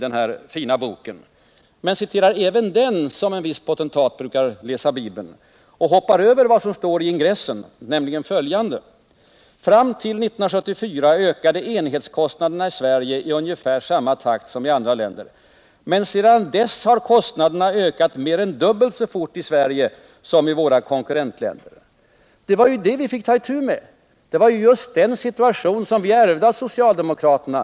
Men han citerar även den som en viss potentat brukar läsa Bibeln och hoppar över vad som står i ingressen, nämligen följande: Fram till 1974 ökade enhetskostnaderna i Sverige i ungefär samma takt som i andra länder, men sedan dess har kostnaderna ökat mer än dubbelt så fort i Sverige som i våra konkurrentländer. Det var ju det vi fick ta itu med. Det var just den situationen som vi ärvde av socialdemokraterna.